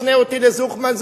השר הפנה אותי לזוכמן,